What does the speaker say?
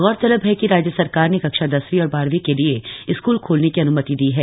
गौरतलब है कि राज्य सरकार ने कक्षा दसवीं और बारहवीं के लिए स्कूल खोलने की अन्मति दी है